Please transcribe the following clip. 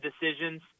decisions